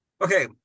okay